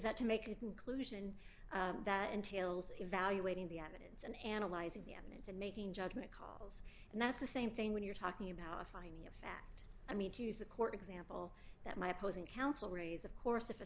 that to make a conclusion that entails evaluating the evidence and analyzing the evidence and making judgement calls and that's the same thing when you're talking about a finding of fact i mean to use the court example that my opposing counsel raise of course if a